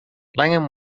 langham